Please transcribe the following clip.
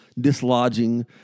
dislodging